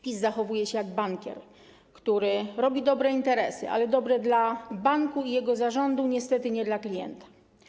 PiS zachowuje się jak bankier, który robi dobre interesy, ale dobre dla banku i jego zarządu, niestety nie dla klienta.